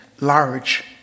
large